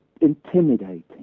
intimidating